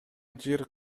жер